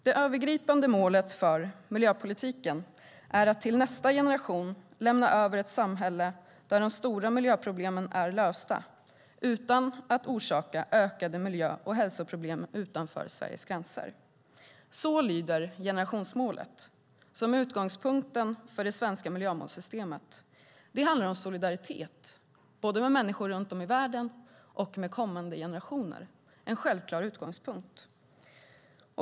"Det övergripande målet för miljöpolitiken är att till nästa generation lämna över ett samhälle där de stora miljöproblemen är lösta, utan att orsaka ökade miljö och hälsoproblem utanför Sveriges gränser." Så lyder generationsmålet, som är utgångspunkten för det svenska miljömålssystemet. Det handlar om solidaritet, både med människor runt om i världen och med kommande generationer - en självklar utgångspunkt.